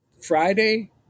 Friday